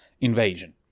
Invasion